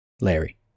Larry